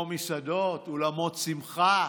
כמו מסעדות, אולמות שמחה,